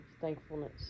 thankfulness